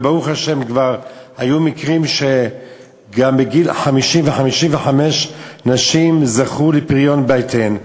וברוך השם כבר היו מקרים שגם בגיל 50 ו-55 נשים זכו לפריון בטן,